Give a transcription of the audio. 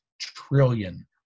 trillion